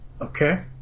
Okay